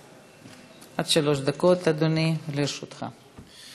עד שלוש דקות, אדוני, לרשותך.